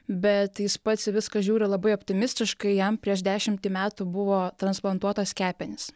bet jis pats į viską žiūri labai optimistiškai jam prieš dešimtį metų buvo transplantuotos kepenys